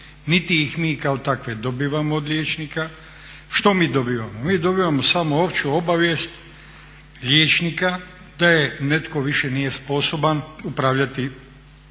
niti ih mi kao takve dobivamo od liječnika. Što mi dobivamo? Mi dobivamo samo opću obavijest liječnika da netko više nije sposoban upravljati sigurno